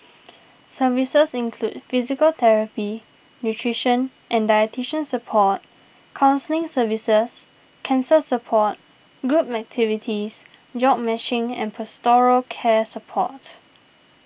services include physical therapy nutrition and dietitian support counselling services cancer support group activities jobs matching and pastoral care support